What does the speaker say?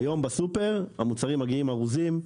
היום בסופר המוצרים מגיעים ארוזים,